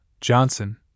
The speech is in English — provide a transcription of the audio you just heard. Johnson